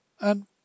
And